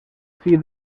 fill